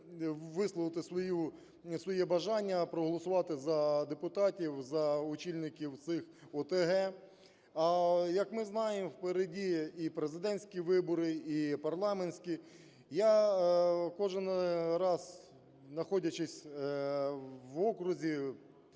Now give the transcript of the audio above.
висловити своє бажання проголосувати за депутатів, за очільників цих ОТГ. Як ми знаємо, а попереду і президентські вибори, і парламентські. Я кожен раз, знаходячись в окрузі,